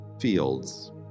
fields